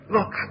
Look